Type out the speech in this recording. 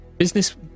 business